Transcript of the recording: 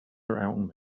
around